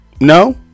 No